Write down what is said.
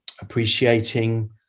appreciating